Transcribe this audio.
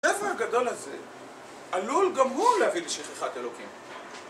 הטבע הגדול הזה, עלול גם הוא להביא לשכחת אלוקים.